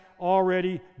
already